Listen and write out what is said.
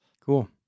Cool